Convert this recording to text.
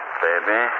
baby